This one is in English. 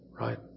Right